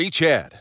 chad